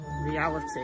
reality